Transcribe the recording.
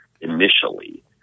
initially